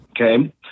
Okay